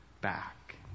back